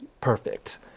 perfect